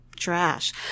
trash